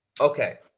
okay